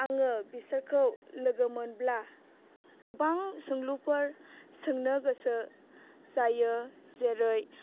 आङो बिसोरखौ लोगो मोनब्ला गोबां सोंलुफोर सोंनो गोसो जायो जेरै